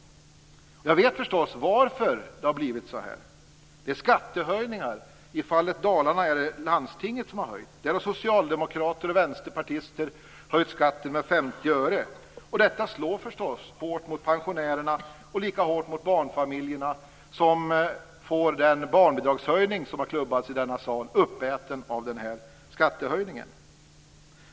Jag vet förstås varför det har blivit så här. Det är skattehöjningar det beror på. I fallet Dalarna är det landstinget som har höjt. Där har socialdemokrater och vänsterpartister höjt skatten med 50 öre. Detta slår förstås hårt mot pensionärerna. Det slår lika hårt mot barnfamiljerna, som får den barnbidragshöjning som har klubbats i denna sal uppäten av skattehöjningen.